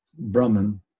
Brahman